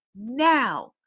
now